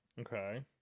Okay